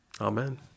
Amen